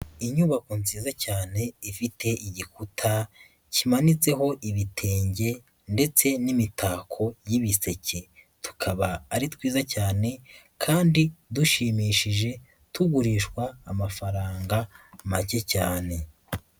Inyubako nziza cyane ifite igikuta kimanitseho ibitenge ndetse n'imitako y'ibiseke, tukaba ari twiza cyane kandi dushimishije tugurishwa amafaranga make cyane.